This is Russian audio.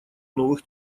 новых